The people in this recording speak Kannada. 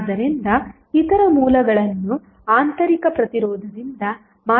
ಆದ್ದರಿಂದ ಇತರ ಮೂಲಗಳನ್ನು ಆಂತರಿಕ ಪ್ರತಿರೋಧದಿಂದ ಮಾತ್ರ ಬದಲಾಯಿಸಲಾಗುತ್ತದೆ